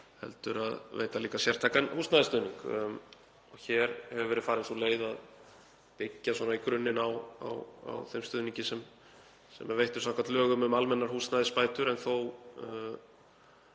heldur að veita líka sérstakan húsnæðisstuðning. Hér hefur verið farin sú leið að byggja í grunninn á þeim stuðningi sem er veittur samkvæmt lögum um almennar húsnæðisbætur en þó